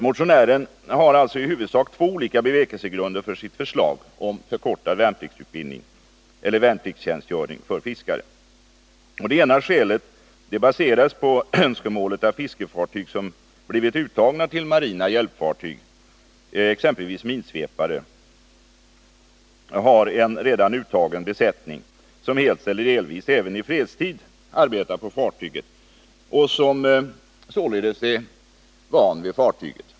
Motionären har alltså i huvudsak två olika bevekelsegrunder för sitt förslag om förkortad värnpliktstjänstgöring för fiskare. Det ena skälet baseras på önskemålet att fiskefartyg som blivit uttaget till marint hjälpfartyg, exempelvis minsvepare, har en redan uttagen besättning, som helt eller delvis även i fredstid arbetar på fartyget och som således är van vid fartyget.